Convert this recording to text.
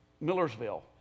Millersville